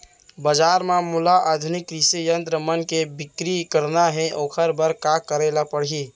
बजार म मोला आधुनिक कृषि यंत्र मन के बिक्री करना हे ओखर बर का करे ल पड़ही?